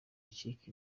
icika